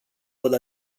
văd